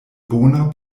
bona